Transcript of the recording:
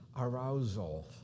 Arousal